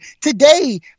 Today